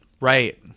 Right